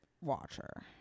watcher